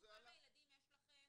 קודם כול תמדדו כמה ילדים יש לכם